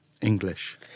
English